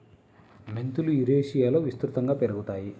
మెంతులు యురేషియాలో విస్తృతంగా పెరుగుతాయి